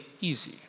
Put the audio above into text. easy